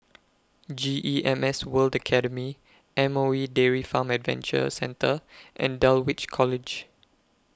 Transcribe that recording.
G E M S World Academy M O E Dairy Farm Adventure Centre and Dulwich College